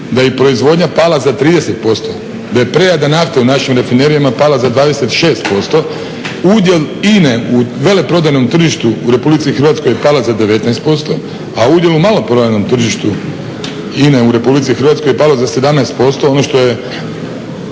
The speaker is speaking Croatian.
da je i proizvodnja pala za 30%, da je prerada nafte u našim rafinerijama pala za 26%, udjel INA-e u veleprodajnom tržištu u Republici Hrvatskoj je pala za 19% a udjel u maloprodajnom tržištu INA-e u Republici Hrvatskoj je palo za 17%. Ono što je